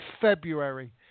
February